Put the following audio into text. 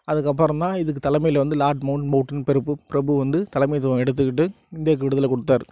அதுக்கப்புறம் தான் இதுக்கு தலைமையில் வந்து லார்ட் மவுண்ட்பௌன்டன் பிரபு பிரபு வந்து தலைமைத்துவம் எடுத்துக்கிட்டு இந்தியாக்கு விடுதலை கொடுத்தாரு